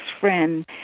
friend